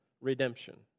redemption